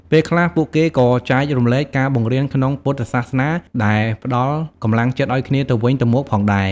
ពេលខ្លះ ពួកគេក៏ចែករំលែកការបង្រៀនក្នុងពុទ្ធសាសនាដែលផ្តល់កម្លាំងចិត្តឱ្យគ្នាទៅវិញទៅមកផងដែរ។